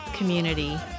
community